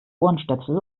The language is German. ohrenstöpsel